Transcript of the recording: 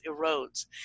erodes